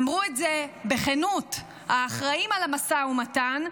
אמרו את זה בכנות האחראים למשא ומתן,